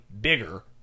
bigger